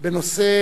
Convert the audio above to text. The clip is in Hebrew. בנושא